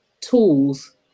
tools